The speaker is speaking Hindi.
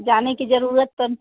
जाने की ज़रूरत तो